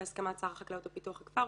בהסכמת שר החקלאות ופיתוח הכפר,